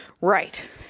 Right